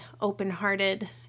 open-hearted